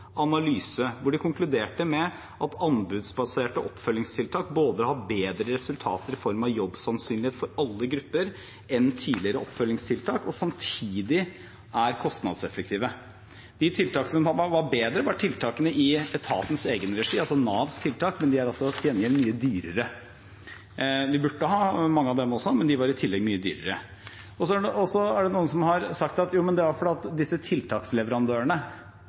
hvor de konkluderte med at anbudsbaserte oppfølgingstiltak både har bedre resultater i form av jobbsannsynlighet for alle grupper enn tidligere oppfølgingstiltak, og samtidig er kostnadseffektive. De tiltakene som var bedre, var tiltakene i etatens egen regi, altså Navs tiltak, men de er altså til gjengjeld mye dyrere. Vi burde ha mange av dem også, men de var i tillegg mye dyrere. Så er det noen som har sagt at det er fordi disse tiltaksleverandørene,